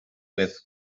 with